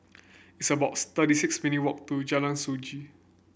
it's about thirty six minute walk to Jalan Sungei